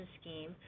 Scheme